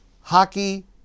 hockey